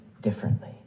differently